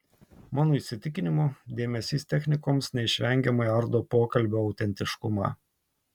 mano įsitikinimu dėmesys technikoms neišvengiamai ardo pokalbio autentiškumą